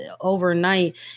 overnight